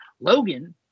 Logan